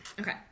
Okay